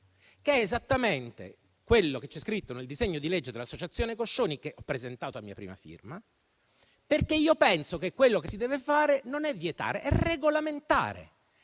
che è esattamente quello che c'è scritto nel disegno di legge dell'associazione Coscioni, presentato a mia prima firma, perché io penso che quello che si debba fare non è vietare, bensì regolamentare.